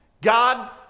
God